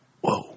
whoa